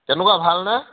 কেনেকুৱা ভালনে